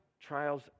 Trials